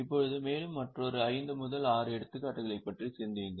இப்போது மற்றொரு 5 6 எடுத்துக்காட்டுகளைப் பற்றி சிந்தியுங்கள்